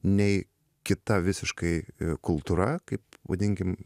nei kita visiškai kultūra kaip vadinkim